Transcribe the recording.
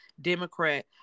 Democrat